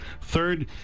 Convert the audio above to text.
third